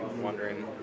wondering